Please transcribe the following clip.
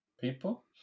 people